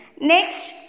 Next